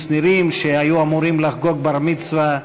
נירים שהיו אמורים לחגוג בר-מצווה.